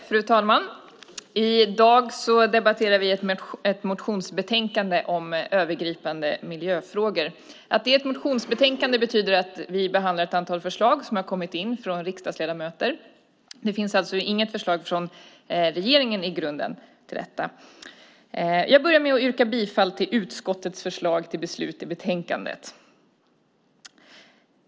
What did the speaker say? Fru talman! I dag debatterar vi ett motionsbetänkande om övergripande miljöfrågor. Att det är ett motionsbetänkande betyder att vi behandlar ett antal förslag som har kommit in från riksdagsledamöter. Det finns alltså inget förslag från regeringen i grunden. Jag börjar med att yrka bifall till utskottets förslag till beslut i betänkandet.